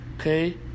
okay